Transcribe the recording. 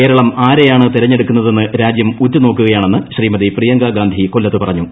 കേരളം ആരെയാണ് തിരഞ്ഞെടുക്കുന്നതെന്ന് രാജ്യം ഉറ്റുനോക്കുകയാണെന്ന് ശ്രീമതി പ്രിയങ്കാ ഗാന്ധി കൊല്ലത്ത് ് പറഞ്ഞു